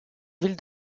ville